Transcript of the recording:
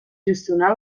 gestionar